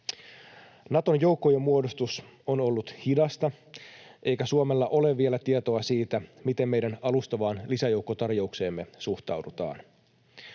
Naton joukkojenmuodostus on ollut hidasta, eikä Suomella ole vielä tietoa siitä, miten meidän alustavaan lisäjoukkotarjoukseemme suhtaudutaan.